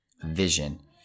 vision